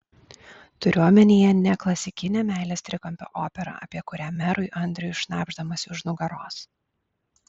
turiu omenyje ne klasikinę meilės trikampio operą apie kurią merui andriui šnabždamasi už nugaros